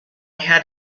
had